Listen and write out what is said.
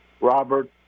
Robert